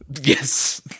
Yes